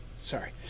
Sorry